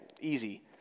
easy